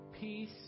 peace